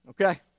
Okay